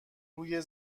روی